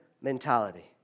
mentality